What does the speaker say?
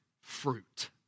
fruit